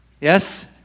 Yes